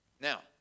Now